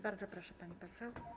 Bardzo proszę, pani poseł.